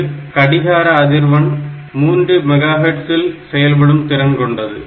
இது கடிகார அதிர்வெண் 3 MHz இல் செயல்படும் திறன் கொண்டது